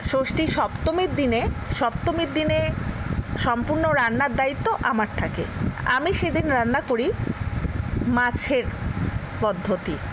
ষষ্ঠী সপ্তমীর দিনে সপ্তমীর দিনে সম্পূর্ণ রান্নার দায়িত্ব আমার থাকে আমি সেদিন রান্না করি মাছের পদ্ধতি